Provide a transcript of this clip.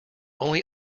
only